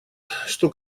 что